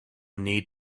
need